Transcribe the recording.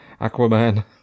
Aquaman